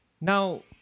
now